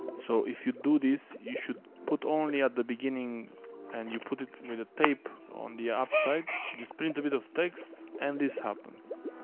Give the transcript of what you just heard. so if you do this, you should put it only at the beginning and you put it with the tape on the upper side. just print a bit of text and this happens.